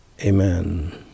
amen